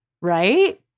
Right